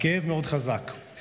הכאב חזק מאוד.